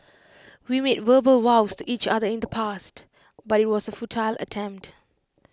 we made verbal vows to each other in the past but IT was A futile attempt